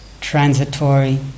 transitory